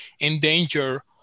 endanger